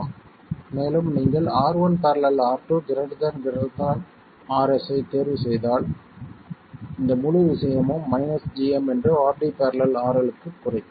மேலும் நீங்கள் R1 ║ R2 Rs ஐத் தேர்வு செய்தால் இந்த முழு விஷயமும் gm RD ║RL க்கு குறைக்கும்